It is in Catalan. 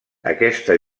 aquesta